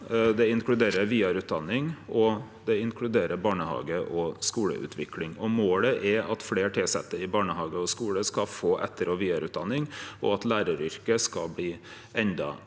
det inkluderer vidareutdanning, og det inkluderer barnehage- og skoleutvikling. Målet er at fleire tilsette i barnehage og skole skal få etter- og vidareutdanning, og at læraryrket skal bli endå